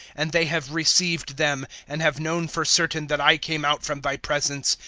and they have received them, and have known for certain that i came out from thy presence,